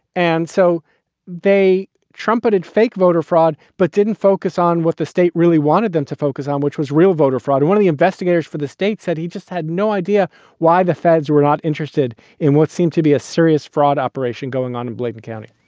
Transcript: and so they trumpeted fake voter fraud, but didn't focus on what the state really wanted them to focus on, which was real voter fraud. one of the investigators for the state said he just had no idea why the feds were not interested in what seemed to be a serious fraud operation going on in bladen county,